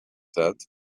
said